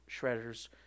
Shredder's